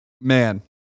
Man